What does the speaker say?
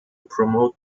promote